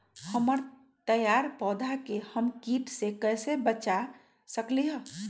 हमर तैयार पौधा के हम किट से कैसे बचा सकलि ह?